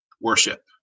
worship